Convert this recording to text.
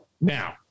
Now